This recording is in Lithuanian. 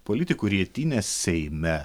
politikų rietynės seime